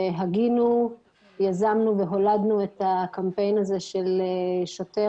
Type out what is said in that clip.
והגינו יזמנו והולדנו את הקמפיין הזה של 'שוטר,